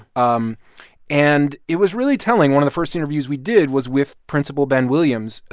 um and it was really telling. one of the first interviews we did was with principal ben williams,